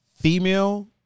Female